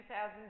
2000